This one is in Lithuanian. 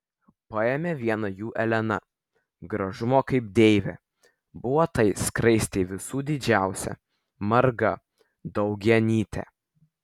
paėmė vieną jų elena gražumo kaip deivė buvo tai skraistė visų didžiausia marga daugianytė